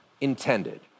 intended